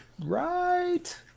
Right